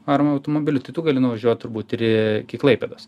varomu automobiliu tai tu gali nuvažiuot turbūt ir iki klaipėdos